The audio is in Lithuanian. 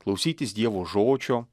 klausytis dievo žodžio